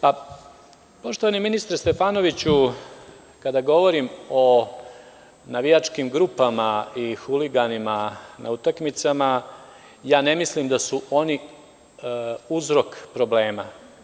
Poštovani ministre Stefanoviću, kada govorim o navijačkim grupama i huliganima na utakmicama ja ne mislim da su oni uzrok problema.